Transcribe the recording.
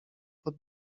pod